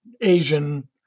Asian